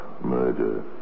murder